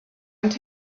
and